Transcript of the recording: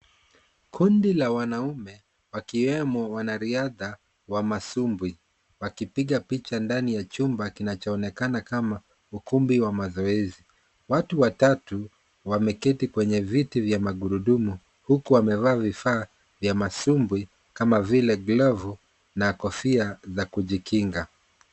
Kundi la wanaume wakiwemo wanariadha wa masumbwi wakipiga pica=ha ndani ya chumba kinachoonekana kama ukumbi wa mazoezi. Watu wachache wameketi kwenye viti vya magurudumu huku wamevaa vifaa vya masumbwi kama vile glavu na kofia za kujikinga.